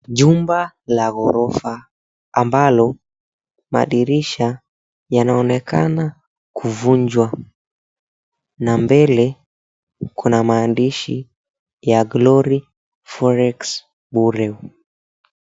Jumba la ghorofa ambalo madirisha yanaonekana kuvunjwa na mbele kuna maandishi ya, GLORY FOREX BUREAU.